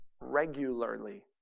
regularly